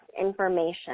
information